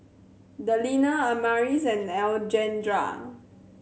Delinda Amaris and Alejandra